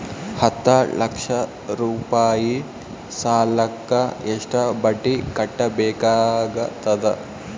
ಹತ್ತ ಲಕ್ಷ ರೂಪಾಯಿ ಸಾಲಕ್ಕ ಎಷ್ಟ ಬಡ್ಡಿ ಕಟ್ಟಬೇಕಾಗತದ?